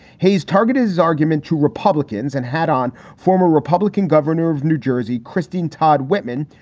hayes target his argument to republicans and had on former republican governor of new jersey christine todd whitman,